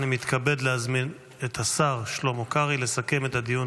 אני מתכבד להזמין את השר שלמה קרעי לסכם את הדיון